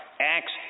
Acts